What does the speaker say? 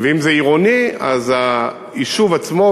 ואם עירוני, אז היישוב עצמו.